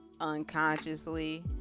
unconsciously